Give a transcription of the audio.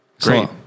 Great